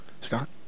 Scott